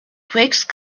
twixt